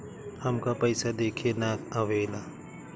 हमका पइसा देखे ना आवेला?